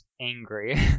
angry